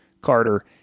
Carter